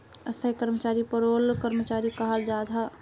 स्थाई कर्मचारीक पेरोल कर्मचारी कहाल जाहा